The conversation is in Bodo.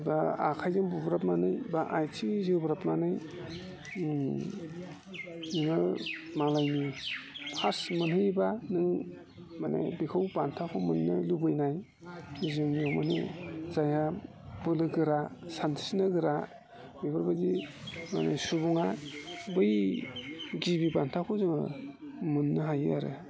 बा आखायजों बुब्राबनानै बा आथिंजों जोब्राबनानै नोङो मालायनि फार्स्ट मोनहैबा नों माने बेखौ बान्थाखौ मोननो लुबैनाय जों माने जायहा बोलोगोरा सानस्रिनो गोरा बिफोरबायदि माने सुबुङा बै गिबि बान्थाखौ जोङो मोननो हायो आरो